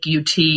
ut